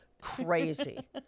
crazy